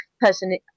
person